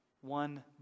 One